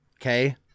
okay